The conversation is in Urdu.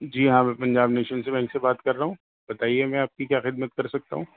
جی ہاں میں پنجاب نیشنل سے بینک سے بات کر رہا ہوں بتائیے میں آپ کی کیا خدمت کر سکتا ہوں